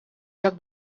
joc